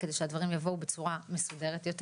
- כדי שהדברים יבואו בצורה מסודרת יותר.